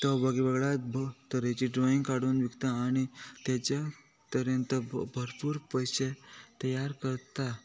तो वेगवेगळ्या तरेची ड्रॉइंग काडून विकता आनी तेच्या तरेंत भरपूर पयशे तयार करता